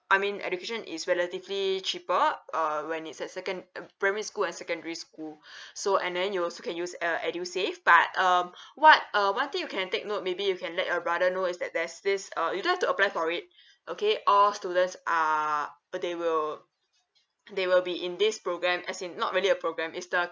I mean education is relatively cheaper uh when it's at second uh primary school and secondary school so and then you also can use uh edusave but um what uh one thing you can take note maybe you can let your brother know is that there's this uh you don't have to apply for it okay all students are for they will they will be in this programme as in not really a programme it's the